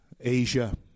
Asia